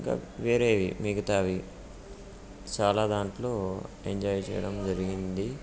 ఇంకా వేరేవి మిగతావి చాలా దాంట్లో ఎంజాయ్ చేయడం జరిగింది